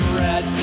red